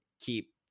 keep